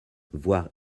voire